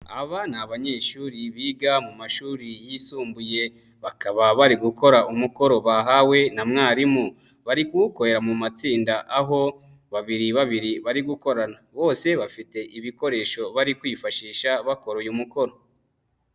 Aba ni abanyeshuri biga mu mashuri yisumbuye bakaba bari gukora umukoro bahawe na mwarimu bari kuwukorera mu matsinda aho babiri babiri bari gukorana bose bafite ibikoresho bari kwifashisha bakora uyu mukoro.